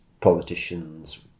politicians